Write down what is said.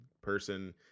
person